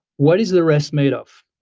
what is the rest made of?